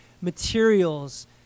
materials